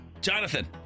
Jonathan